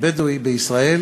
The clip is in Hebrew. הבדואי בישראל,